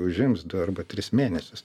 užims du arba tris mėnesius